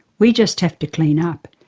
we just have to clean up,